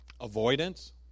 avoidance